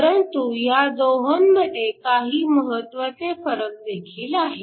परंतु ह्या दोहोंमध्ये काही महत्वाचे फरक देखील आहेत